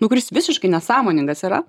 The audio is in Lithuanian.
nu kuris visiškai nesąmoningas yra